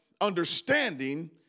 understanding